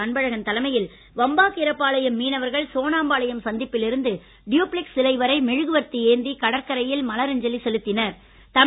அன்பழகன் தலைமையில் வம்பாகீரப்பாளையம் மீனவர்கள் சோனாம்பாளையம் சந்திப்பிலிருந்து தூய்ப்ளேக்ஸ் சிலை வரை மெழுகுவர்த்தி ஏந்தி கடற்கரையில் மலரஞ்சலி செலுத்தப்பட்டது